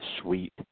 Sweet